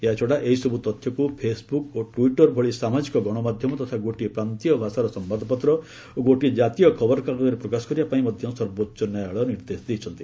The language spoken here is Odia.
ଏହାଛଡା ଏହିସବୁ ତଥ୍ୟକୁ ଫେସ୍ବୁକ୍ ଓ ଟ୍ୱିଟ୍ର ଭଳି ସାମାଜିକ ଗଣମାଧ୍ୟମ ତଥା ଗୋଟିଏ ପ୍ରାନ୍ତୀୟ ଭାଷାର ସମ୍ବାଦପତ୍ର ଓ ଗୋଟିଏ ଜାତୀୟ ଖବରକାଗଜରେ ପ୍ରକାଶ କରିବାପାଇଁ ମଧ୍ୟ ସର୍ବୋଚ୍ଚ ନ୍ୟାୟାଳୟ ନିର୍ଦ୍ଦେଶ ଦେଇଛନ୍ତି